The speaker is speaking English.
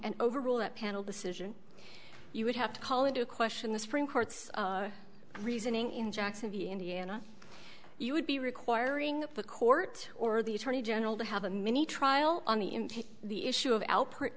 and overrule that panel decision you would have to call into question the supreme court's reasoning in jacksonville indiana you would be requiring the court or the attorney general to have a mini trial on the in the issue of